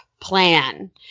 plan